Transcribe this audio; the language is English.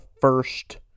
first